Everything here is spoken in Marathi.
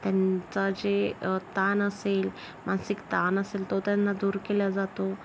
त्यांचा जे ताण असेल मानसिक ताण असेल तो त्यांना दूर केला जातो